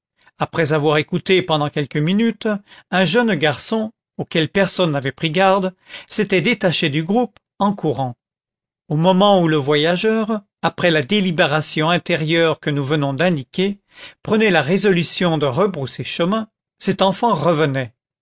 après avoir écouté pendant quelques minutes un jeune garçon auquel personne n'avait pris garde s'était détaché du groupe en courant au moment où le voyageur après la délibération intérieure que nous venons d'indiquer prenait la résolution de rebrousser chemin cet enfant revenait